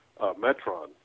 Metron